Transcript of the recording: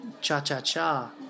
cha-cha-cha